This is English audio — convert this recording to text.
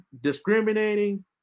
discriminating